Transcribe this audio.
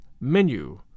menu